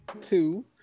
two